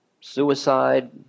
Suicide